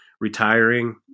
retiring